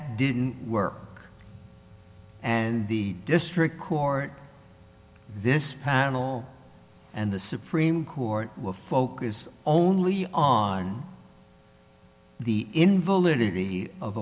didn't work and the district court this panel and the supreme court will focus only on the invalidity of